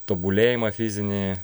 tobulėjimą fizinį